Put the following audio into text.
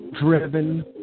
driven